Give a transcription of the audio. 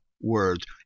words